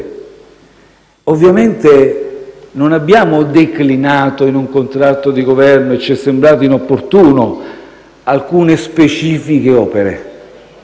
Ovviamente non abbiamo declinato in un contratto di Governo (ci è sembrato inopportuno) alcune specifiche opere.